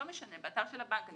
לא משנה, באתר של הבנק.